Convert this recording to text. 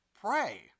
pray